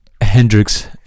Hendrix